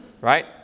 Right